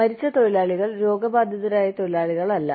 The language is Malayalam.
മരിച്ച തൊഴിലാളികൾ രോഗബാധിതരായ തൊഴിലാളികളല്ല